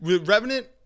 Revenant